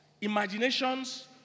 Imaginations